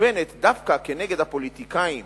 מכוונת דווקא כנגד הפוליטיקאים